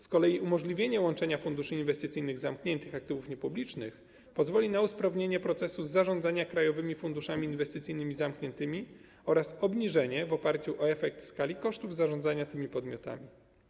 Z kolei umożliwienie łączenia funduszy inwestycyjnych zamkniętych aktywów niepublicznych pozwoli na usprawnienie procesu zarządzania krajowymi funduszami inwestycyjnymi zamkniętymi oraz obniżenie w oparciu o efekt skali kosztów zarządzania tymi podmiotami.